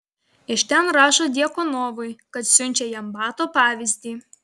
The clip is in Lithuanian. iš ten rašo djakonovui kad siunčia jam bato pavyzdį